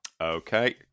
Okay